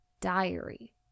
diary